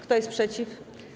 Kto jest przeciw?